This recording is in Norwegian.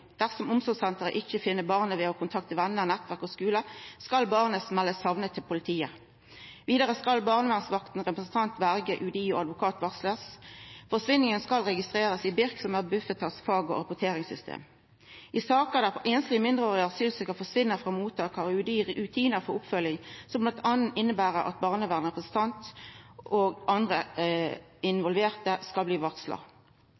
Dersom omsorgssenteret ikkje finn barnet ved å kontakta vener, nettverk og skule, skal barnet bli meldt sakna til politiet. Vidare skal barnevernsvakta, representant, verje, UDI og advokat bli varsla. Forsvinninga skal bli registrert i BiRK, som er fag- og rapporteringssystemet til Bufetat. I saker der einslege mindreårige asylsøkjarar forsvinn frå mottak, har UDI rutinar for oppfølging som bl.a. inneber at barnevernsrepresentant og andre involverte skal bli varsla.